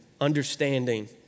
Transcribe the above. understanding